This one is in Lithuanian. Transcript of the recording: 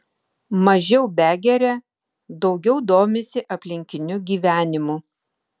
mažiau begeria daugiau domisi aplinkiniu gyvenimu